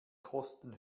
kosten